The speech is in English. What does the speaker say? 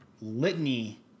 litany